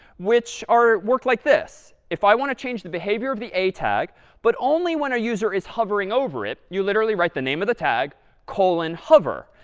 which are work like this. if i want to change the behavior of the a tag but only when our user is hovering over it, you literally write the name of the tag colon hover.